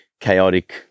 chaotic